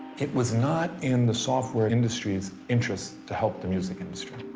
it was not in the software industry's interest to help the music industry.